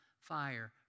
fire